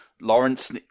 Lawrence